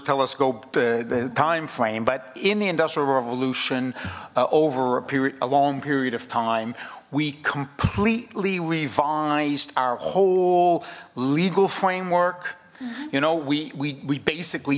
telescope the time frame but in the industrial revolution over a period a long period of time we completely revised our whole legal framework you know we we basically